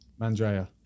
Mandrea